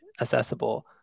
accessible